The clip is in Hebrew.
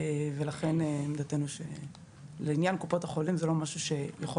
ולעניין קופות החולים אין מדובר במשהו שיכול